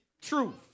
truth